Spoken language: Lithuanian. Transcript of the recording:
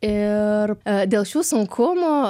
ir dėl šių sunkumų